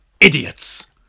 idiots